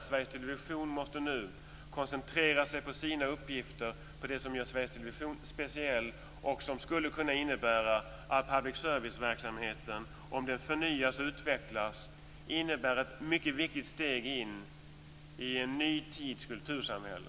Sveriges Television måste nu koncentrera sig på sina uppgifter och på det som gör Sveriges Television speciellt. Det skulle kunna innebära att public serviceverksamheten, om den förnyas och utvecklas, tar ett mycket viktigt steg in i en ny tids kultursamhälle.